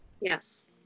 yes